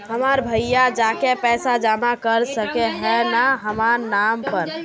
हमर भैया जाके पैसा जमा कर सके है न हमर नाम पर?